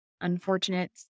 unfortunate